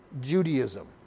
Judaism